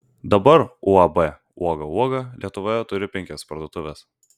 dabar uab uoga uoga lietuvoje turi penkias parduotuves